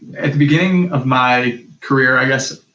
at the beginning of my career, i guess,